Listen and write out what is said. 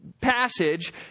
passage